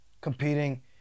competing